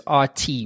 RT